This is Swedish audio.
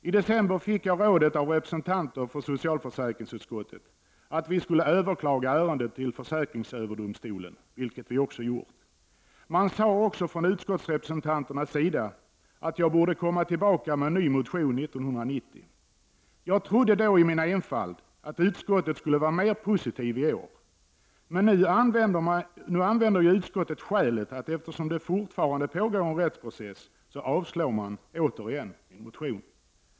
I december fick jag rådet av representanter för socialförsäkringsutskottet att vi skulle överklaga ärendet till försäkringsöverdomstolen, vilket vi också gjort. Representanter för utskottet sade också att jag borde komma tillbaka med en ny motion 1990. Jag trodde då i min enfald att utskottet skulle vara mer positivt i år. Men nu använder utskottet förhållandet att det fortfarande pågår en rättsprocess som skäl för att återigen avstyrka motionen.